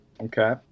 Okay